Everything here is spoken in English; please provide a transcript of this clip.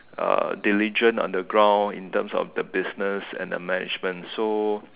uh diligent on the ground in terms of the business and the management so